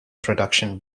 production